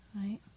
Right